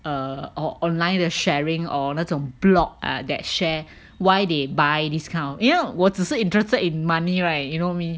err or online 的 sharing or 那种 blog ah that share why they buy this kind of you know 我只是 interested in money right you know me